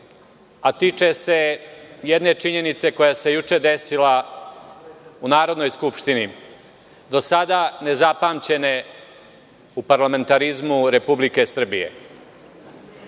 a tiče se jedne činjenice koja se juče desila u Narodnoj skupštini, do sada nezapamćene u parlamentarizmu Republike Srbije. Šef